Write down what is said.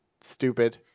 stupid